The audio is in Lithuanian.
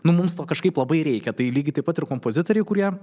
nu mums to kažkaip labai reikia tai lygiai taip pat ir kompozitoriai kurie